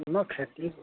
নহয় খেতি